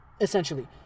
essentially